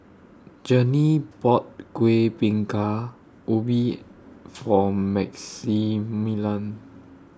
Journey bought Kueh Bingka Ubi For Maximilian